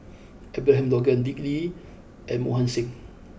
Abraham Logan Dick Lee and Mohan Singh